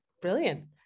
Brilliant